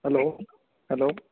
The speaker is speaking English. hello hello